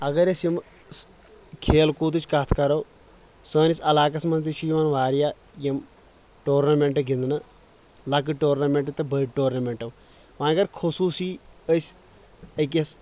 اگر أسۍ یِم کھیل کودٕچ کتھ کرو سٲنس علاقس منٛز تہِ چھِ یِوان واریاہ یِم ٹورنمیٚنٹ گنٛدنہٕ لۄکٕٹۍ ٹورنمیٚنٹ تہِ تہٕ بٔڑ ٹورنمیٚنٹو وۄنۍ اگر خصوٗصی أسۍ أکِس